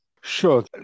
Sure